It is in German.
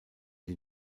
die